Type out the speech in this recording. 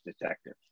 detective